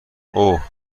اوه